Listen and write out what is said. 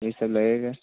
यह सब लगेगा